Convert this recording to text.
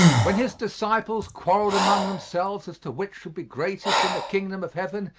when his disciples quarreled among themselves as to which should be greatest in the kingdom of heaven,